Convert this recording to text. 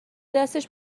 دستش